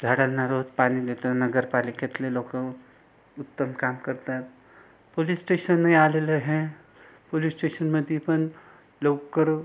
झाडांना रोज पाणी देतं नगरपालिकेतले लोकं उत्तम काम करतात पुलिस स्टेशन इ आलेलं हं पुलिस स्टेशनमध्ये पण लवकर